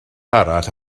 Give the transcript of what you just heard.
arall